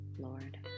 lord